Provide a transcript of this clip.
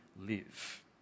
live